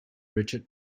richard